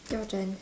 your turn